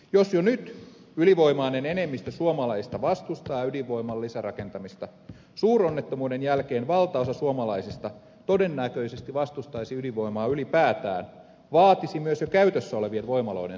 jos jo nyt ylivoimainen enemmistö suomalaisista vastustaa ydinvoiman lisärakentamista suuronnettomuuden jälkeen valtaosa suomalaisista todennäköisesti vastustaisi ydinvoimaa ylipäätään vaatisi myös jo käytössä olevien voimaloiden sulkemista